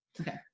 Okay